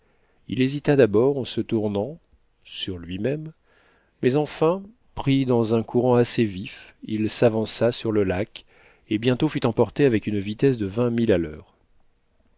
il hésita d'abord en tournant sur lui-même mais enfin pris dans un courant assez vif il s'avança sur le lac et bientôt fut emporté avec une vitesse de vingt milles à l'heure